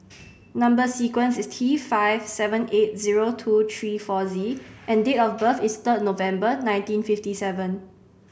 number sequence is T five seven eight zero two three four Z and date of birth is third November nineteen fifty seven